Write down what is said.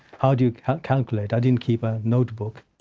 how do you calculate? i didn't keep a notebook.